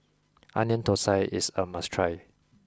Onion Thosai is a must try